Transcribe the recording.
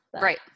Right